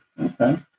Okay